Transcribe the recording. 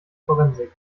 forensik